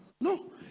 no